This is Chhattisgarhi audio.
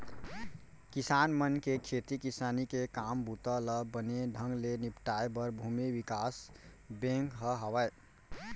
किसान मन के खेती किसानी के काम बूता ल बने ढंग ले निपटाए बर भूमि बिकास बेंक ह हावय